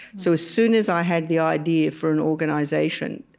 so as soon as i had the idea for an organization,